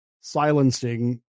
silencing